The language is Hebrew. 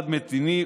כצעד מדיני,